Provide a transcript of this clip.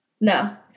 No